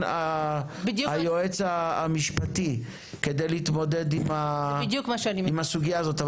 היועץ המשפטי כדי להתמודד עם הסוגייה הזאת,